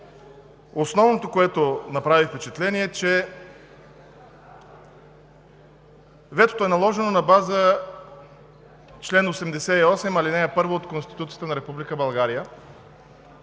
Основното, което направи впечатление, е, че ветото е наложено на база чл. 88, ал. 1 от Конституцията на Република